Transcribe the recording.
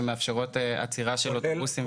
שמאפשרות עצירה של אוטובוסים ושירות.